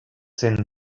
seen